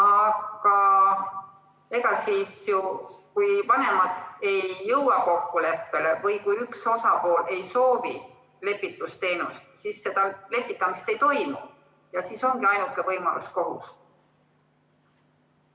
Aga ega siis, kui vanemad ei jõua kokkuleppele või kui üks osapool ei soovi lepitusteenust, seda lepitamist ei toimu. Siis ongi ainuke võimalus kohus.